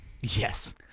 Yes